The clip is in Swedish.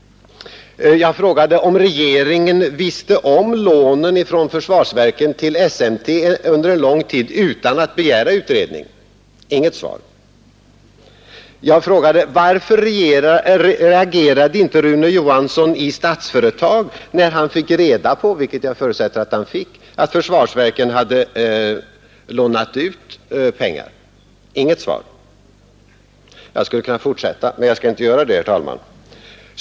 Jag frågade om regeringen visste om lånen från fabriksverken till SMT under en lång tid utan att begära utredning. Inget svar. Jag frågade: Varför reagerade inte Rune Johansson i Statsföretag när han fick reda på — vilket jag förutsätter att han fick — att försvarsverken hade lånat ut pengar? Intet svar. Jag skulle kunna fortsätta, men jag skall inte göra det, herr talman.